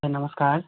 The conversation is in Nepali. ए नमस्कार